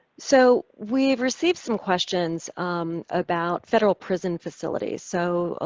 so, we've received some questions about federal prison facilities. so, ah